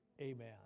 Amen